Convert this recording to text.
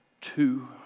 two